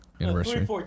Anniversary